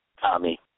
Tommy